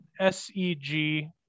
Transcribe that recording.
SEG